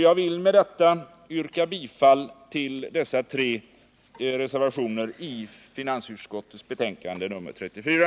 Jag vill med detta yrka bifall till dessa tre reservationer i finansutskottets betänkande nr 34.